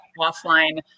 offline